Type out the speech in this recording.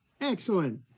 Excellent